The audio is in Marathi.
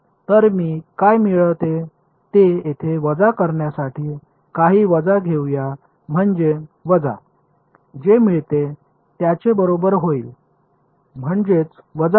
तर मी काय मिळते ते येथे वजा करण्यासाठी काही वजा घेऊया म्हणजे वजा जे मिळते त्याचे बरोबर होईल म्हणजेच वजा होईल